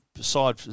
Side